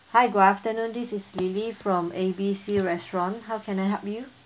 hi good afternoon this is lily from A_B_C restaurant how can I help you